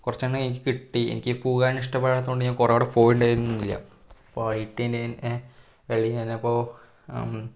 കുറച്ചെണ്ണം എനിക്ക് കിട്ടി എനിക്ക് പോവാൻ ഇഷ്ടപ്പെടാത്തതു കൊണ്ട് ഞാൻ കുറേ അവിടെ പോയിട്ടുണ്ടായിരുന്നില്ല അപ്പോൾ ഐ ടി ഐ